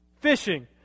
Fishing